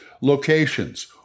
Locations